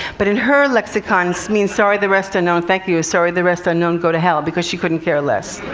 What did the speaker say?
but in her lexicon, i mean sorry, the rest unknown, thank you is sorry, the rest unknown, go to hell, because she couldn't care less.